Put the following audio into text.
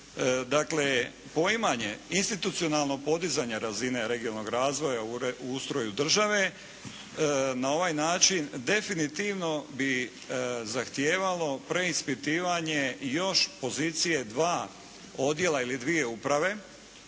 Dakle poimanje institucionalno podizanje razine regionalnog razvoja u ustroju države na ovaj način definitivno bi zahtijevalo preispitivanje još pozicije dva odjela ili dvije uprave